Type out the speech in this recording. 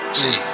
see